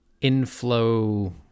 inflow